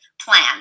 plan